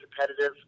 competitive